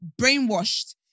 Brainwashed